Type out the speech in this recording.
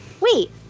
wait